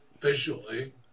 visually